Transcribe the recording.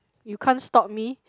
you can't stop me